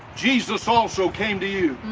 jesus also came to you.